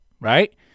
right